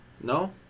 No